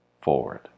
forward